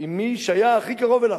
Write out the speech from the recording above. עם מי שהיה הכי קרוב אליו.